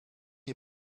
nie